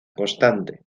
constante